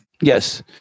Yes